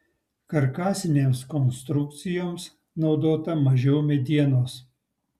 karkasinėms konstrukcijoms naudota mažiau medienos